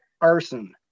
arson